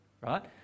right